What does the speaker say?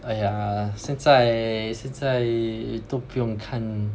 !aiya! 现在是在都不用看